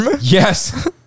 Yes